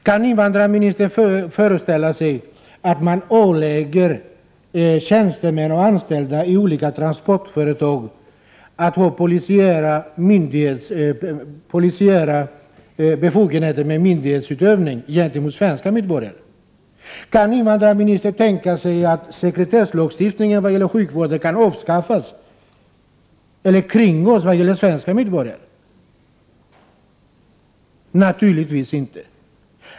Kan invandrarministern tänka sig att ge tjänstemän och anställda i olika transportföretag polisiära befogenheter med myndighetsutövning gentemot svenska medborgare? Kan invandrarministern tänka sig att sekretesslagstiftningen när det gäller sjukvården kan avskaffas eller kringgås när det gäller svenska medborgare? Naturligtvis inte!